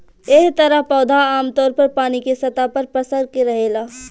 एह तरह पौधा आमतौर पर पानी के सतह पर पसर के रहेला